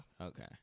Okay